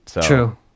True